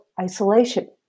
isolation